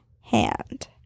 hand